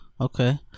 okay